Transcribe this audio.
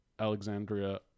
Alexandria